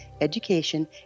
education